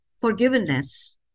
forgiveness